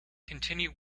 continue